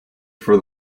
for